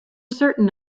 certain